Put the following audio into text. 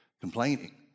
complaining